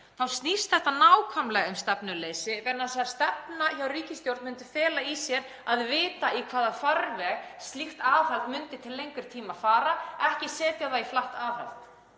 þá snýst þetta nákvæmlega um stefnuleysi vegna þess að stefna hjá ríkisstjórn myndi fela í sér að vita í hvaða farveg slíkt aðhald myndi til lengri tíma fara, ekki setja það í flatt aðhald.